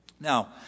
Now